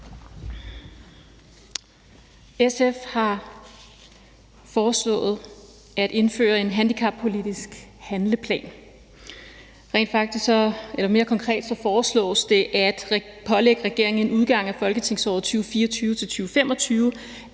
SF har foreslået at indføre en handicappolitisk handleplan. Mere konkret foreslås det at pålægge regeringen inden udgangen af folketingsåret 2024-25